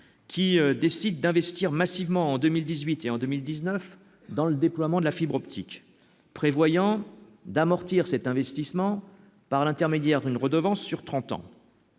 qui décide d'investir massivement en 2018 et en 2019 dans le déploiement de la fibre optique, prévoyant d'amortir cet investissement par l'intermédiaire d'une redevance sur 30 ans.